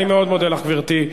אני מאוד מודה לך, גברתי.